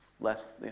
less